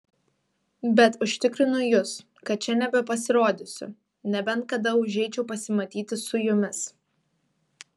bet užtikrinu jus kad čia nebepasirodysiu nebent kada užeičiau pasimatyti su jumis